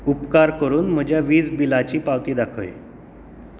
उपकार करून म्हज्या वीज बिलाची पावती दाखय